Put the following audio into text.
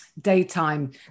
daytime